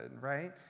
right